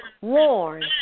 warn